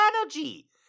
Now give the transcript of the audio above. energy